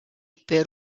per